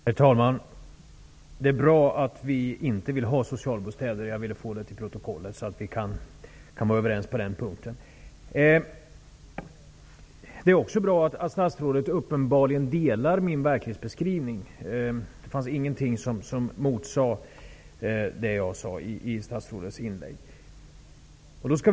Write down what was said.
Herr talman! Det är bra att vi inte vill ha socialbostäder. Jag vill få till protokollet att vi är överens på den punkten. Det är också bra att statsrådet uppenbarligen instämmer i min verklighetsbeskrivning. Det fanns i statsrådets inlägg ingenting som motsade det jag tidigare har sagt.